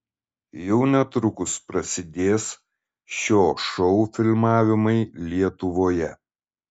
jau netrukus prasidės šio šou filmavimai lietuvoje